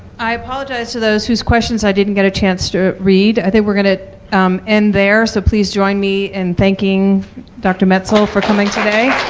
i apologize to those whose questions i didn't get a chance to read. i think we're going to end there. so please join me in thanking dr. metzl for coming today.